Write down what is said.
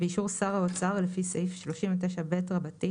באישור שר האוצר לפי סעיף 39ב רבתי